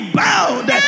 bound